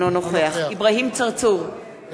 אינו נוכח אברהים צרצור,